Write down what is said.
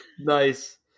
Nice